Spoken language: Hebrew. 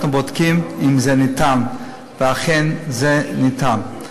אנחנו בודקים אם זה ניתן, ואכן, זה ניתן.